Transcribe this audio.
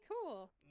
cool